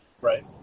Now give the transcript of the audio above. Right